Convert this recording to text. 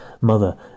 mother